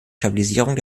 stabilisierung